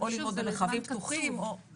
או ללמוד במרחבים פתוחים --- ושוב,